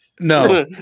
no